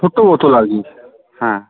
ছোটো বোতল আর কি হ্যাঁ